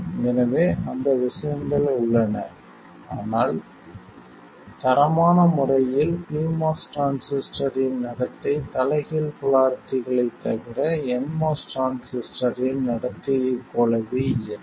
எனவே அந்த விஷயங்கள் உள்ளன ஆனால் தரமான முறையில் pMOS டிரான்சிஸ்டரின் நடத்தை தலைகீழ் போலாரிட்டிகளைத் தவிர nMOS டிரான்சிஸ்டரின் நடத்தையைப் போலவே இருக்கும்